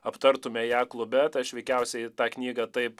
aptartume ją klube tai aš veikiausiai tą knygą taip